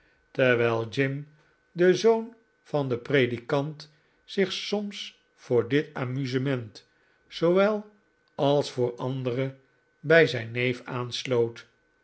terwijl jim de zoon van den predikant zich soms voor dit amusement zoowel als voor andere bij zijn neef aansloot